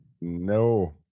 No